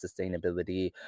sustainability